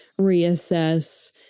reassess